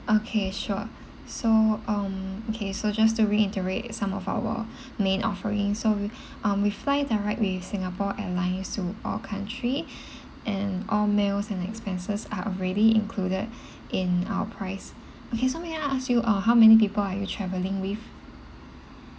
okay sure so um okay so just to reiterate some of our main offering so we um we fly direct with singapore airlines to all country and all meals and expenses are already included in our price okay so may I ask you uh how many people are you travelling with